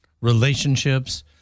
relationships